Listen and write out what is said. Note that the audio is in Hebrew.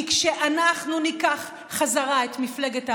כי כשאנחנו ניקח חזרה את מפלגת העבודה,